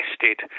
tested